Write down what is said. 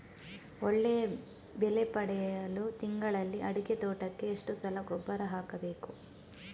ಒಳ್ಳೆಯ ಬೆಲೆ ಪಡೆಯಲು ತಿಂಗಳಲ್ಲಿ ಅಡಿಕೆ ತೋಟಕ್ಕೆ ಎಷ್ಟು ಸಲ ಗೊಬ್ಬರ ಹಾಕಬೇಕು?